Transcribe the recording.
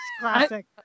Classic